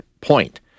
point